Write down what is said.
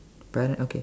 parent okay